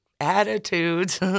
attitudes